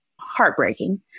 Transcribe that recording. heartbreaking